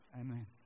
Amen